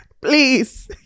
Please